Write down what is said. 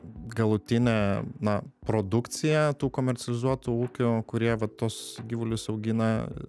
galutinė na produkcija tų komercializuotų ūkių kurie vat tuos gyvulius augina